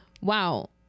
wow